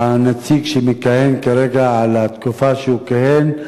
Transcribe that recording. הנציג שמכהן כרגע, על התקופה שהוא כיהן.